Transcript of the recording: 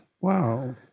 Wow